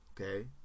okay